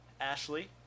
Ashley